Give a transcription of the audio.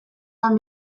lan